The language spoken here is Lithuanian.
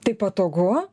tai patogu